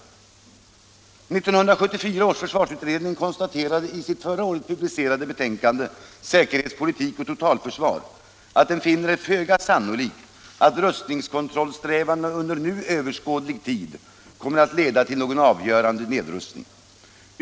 1974 års försvarsutredning konstaterade i sitt förra året publicerade betänkande Säkerhetspolitik och totalförsvar bl.a. att den finner det ”vara föga sannolikt att rustningskontrollsträvandena under nu överskådlig tid kommer att leda till någon avgörande nedrustning”.